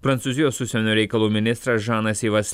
prancūzijos užsienio reikalų ministras žanas yvas